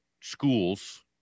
schools